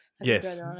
Yes